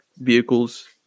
Vehicles